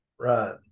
right